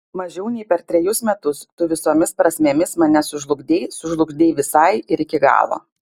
mažiau nei per trejus metus tu visomis prasmėmis mane sužlugdei sužlugdei visai ir iki galo